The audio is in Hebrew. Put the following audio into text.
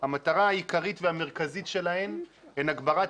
המטרה העיקרית והמרכזית שלהן זה הגברת